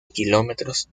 kilómetros